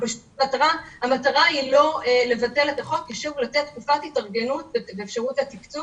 המטרה היא לא לבטל את החוק אלא פשוט לתת תקופת התארגנות ואפשרות תקצוב